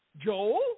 Joel